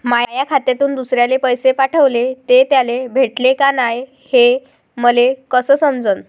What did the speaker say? माया खात्यातून दुसऱ्याले पैसे पाठवले, ते त्याले भेटले का नाय हे मले कस समजन?